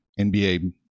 NBA